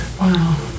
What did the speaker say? Wow